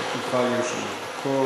לרשותך שלוש דקות.